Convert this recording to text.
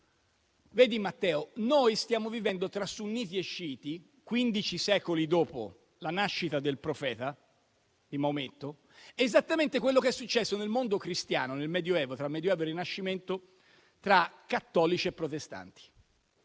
vedi, Matteo, noi stiamo vivendo tra sunniti e sciiti, quindici secoli dopo la nascita del profeta Maometto, esattamente quello che è successo nel mondo cristiano, tra Medioevo e Rinascimento, tra cattolici e protestanti.